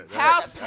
house